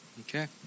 Okay